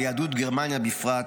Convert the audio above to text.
וליהדות גרמניה בפרט,